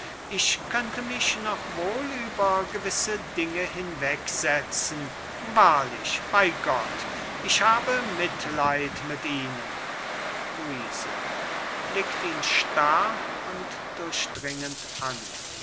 ich könnte mich noch wohl über gewisse dinge hinwegsetzen wahrlich bei gott ich habe mitleid mit ihnen luise